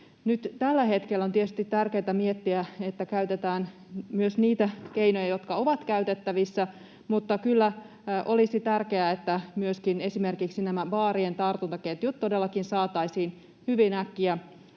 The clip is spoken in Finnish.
Nyt tällä hetkellä on tietysti tärkeätä miettiä, että käytetään niitä keinoja, jotka ovat käytettävissä, mutta kyllä olisi tärkeää myöskin, että esimerkiksi nämä baarien tartuntaketjut todellakin saataisiin hyvin äkkiä